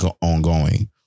ongoing